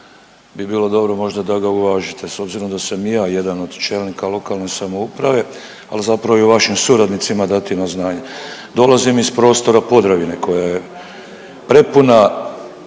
bi bilo dobro možda da ga uvažite. S obzirom da sam i ja jedan od čelnika lokalne samouprave, ali zapravo i vašim suradnicima dati na znanje. Dolazim iz prostora Podravine koja je prepuna